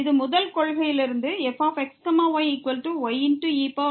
இது முதல் கொள்கையிலிருந்து fxyye x ஆகும்